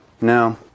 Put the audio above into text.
No